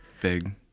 Big